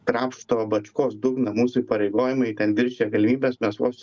krapšto bačkos dugną mūsų įpareigojimai ten viršija galimybes mes vos